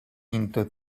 into